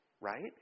right